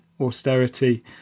austerity